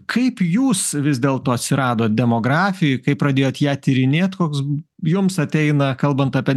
kaip jūs vis dėlto atsiradot demografijoj kaip pradėjote ją tyrinėt koks jums ateina kalbant apie